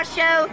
Show